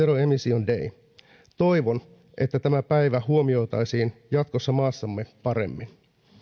zero emissions day toivon että tämä päivä huomioitaisiin jatkossa maassamme paremmin